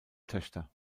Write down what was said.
töchter